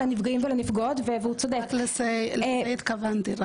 לזה התכוונתי.